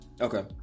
Okay